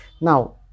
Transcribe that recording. now